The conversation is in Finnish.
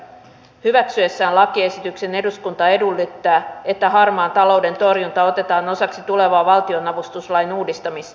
hyväksyessään lakiesityksen eduskunta edellyttää että hallitus ottaa harmaan talouden torjunnan osaksi tulevaa valtionavustuslain uudistamista